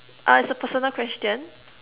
uh it's a personal question